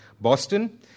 Boston